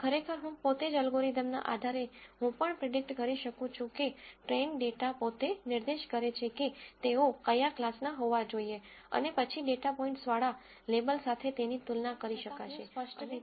ખરેખર હું પોતે જ અલ્ગોરિધમના આધારે હું પણ પ્રીડીકટ કરી શકું છું કે ટ્રેઇન ડેટા પોતે નિર્દેશ કરે છે કે તેઓ કયા ક્લાસના હોવા જોઈએ અને પછી ડેટા પોઈન્ટ્સ વાળા લેબલ સાથે તેની તુલના કરી શકાશે અને તે જ રીતે